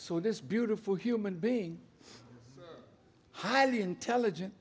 so this beautiful human being highly intelligent